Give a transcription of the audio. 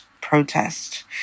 protest